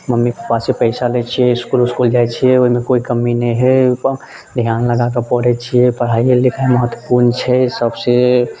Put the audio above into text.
mummy papa से पैसा लय छियै इसकुल उस्कूल जाइत छियै ओहिमे कोइ कमी नहि हय ध्यान लगाके पढ़ैत छियै पढ़ाइयो लिखाइ महत्वपूर्ण छै सबसे